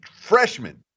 freshman